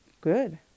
good